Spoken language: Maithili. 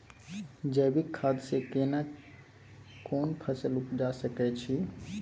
जैविक खाद से केना कोन फसल उपजा सकै छि?